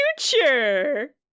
future